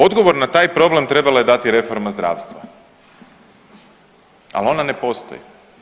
Odgovor na taj problem trebala je dati reforma zdravstva, ali ona ne postoji.